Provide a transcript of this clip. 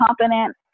confidence